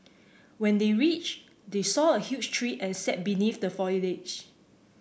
when they reached they saw a huge tree and sat beneath the foliage